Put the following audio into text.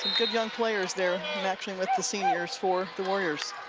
good, young players there, matching with the seniors for the warriors